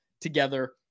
together